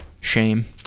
shame